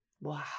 Wow